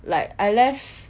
like I left